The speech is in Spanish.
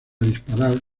disparar